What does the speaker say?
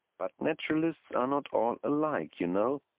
but naturalists are not all alike, you know.